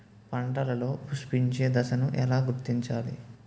పంటలలో పుష్పించే దశను ఎలా గుర్తించాలి?